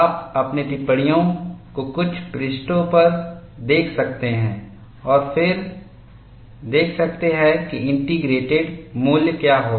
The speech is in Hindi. आप अपने टिप्पणियाँ को कुछ पृष्ठों पर देख सकते हैं और फिर देख सकते हैं कि इंटीग्रेट मूल्य क्या होगा